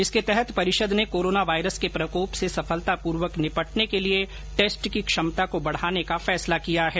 इसके तहत परिषद ने कोरोना वायरस के प्रकोप से सफलतापूर्वक निपटने के लिए टेस्ट की क्षमता को बढाने का फैसला किया है